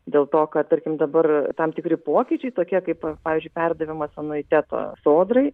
dėl to kad tarkim dabar tam tikri pokyčiai tokie kaip pavyzdžiui perdavimas anuiteto sodrai